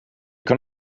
kan